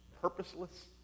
purposeless